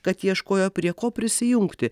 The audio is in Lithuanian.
kad ieškojo prie ko prisijungti